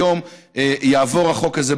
היום יעבור החוק הזה,